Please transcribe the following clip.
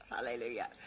hallelujah